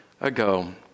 ago